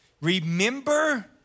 Remember